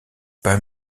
pas